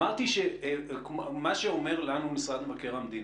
אמרתי, מה שאומר לנו משרד מבקר המדינה,